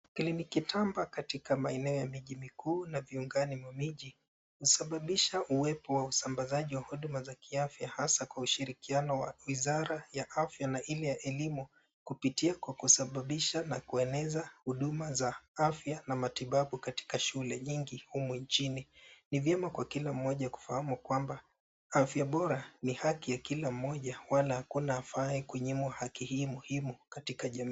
Kliniki tamba katika maeneo ya miji mikuu na viungani mwa miji husababisha uwepo wa usambazaji wa huduma za kiafya hasa kwa ushirikiano wa wizara ya afya na ile ya elimu kupitia kwa kusababisha na kueneza huduma za afya na matibabu katika shule nyingi humu nchini. Ni vyema kwa kila mmoja kufahamu kwamba afya bora ni haki ya kila mmoja wala hakuna afaaye kunyimwa haki hii muhimu katika jamii.